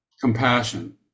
compassion